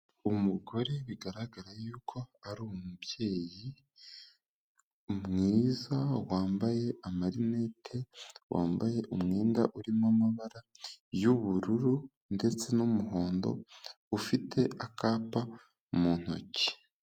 Umugore bigaragara yuko ari umubyeyi mwiza wambaye amarinete, wambaye umwenda urimo amabara y'ubururu ndetse n'umuhondo ufite akapa mu ntoki.